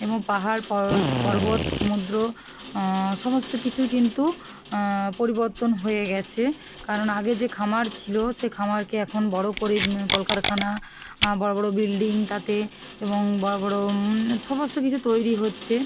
এবং পাহাড় পর্বত সমুদ্র সমস্ত কিছু কিন্তু পরিবর্তন হয়ে গিয়েছে কারণ আগে যে খামার ছিল সে খামারকে এখন বড় করে কলকারখানা বড় বড় বিল্ডিং তাতে এবং বড় বড় সমস্ত কিছু তৈরি হচ্ছে